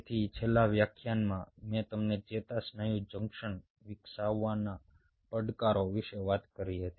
તેથી છેલ્લા વ્યાખ્યાનમાં મેં તમને ચેતાસ્નાયુ જંકશન વિકસાવવાના પડકારો વિશે વાત કરી હતી